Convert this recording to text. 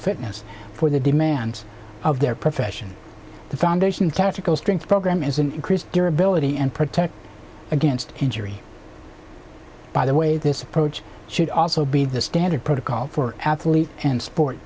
fitness for the demands of their profession the foundation character goes strength program is increased your ability and protect against injury by the way this approach should also be the standard protocol for athlete and sport